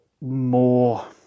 more